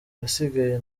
ahasigaye